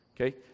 Okay